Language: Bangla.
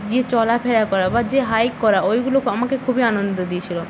যে চলাফেরা করা বা যে হাইক করা ওইগুলো আমাকে খুবই আনন্দ দিয়েছিল